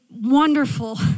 wonderful